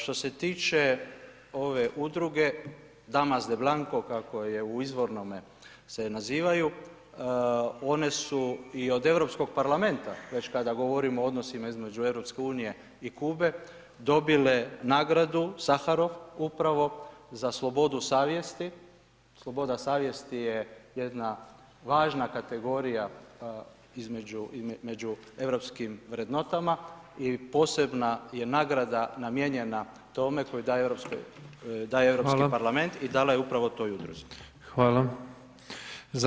Što se tiče ove udruge Damast de blanko, kako je u izvornome se nazivaju, one su i od Europskog parlamenta, već kada govorimo o odnosima između EU i Kube, dobile nagradu Saharov, upravo za slobodu savjesti, sloboda savjesti je jedna važna kategorija među europskim vrednotama i posebna je nagrada namijenjena tome koji daje Europski parlament [[Upadica: Hvala]] i dala je upravo toj udruzi.